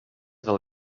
del